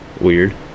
weird